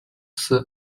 公司